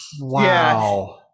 Wow